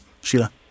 Sheila